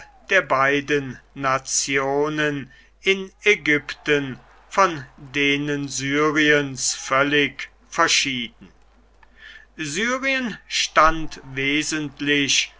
der beiden nationen in ägypten von denen syriens völlig verschieden syrien stand wesentlich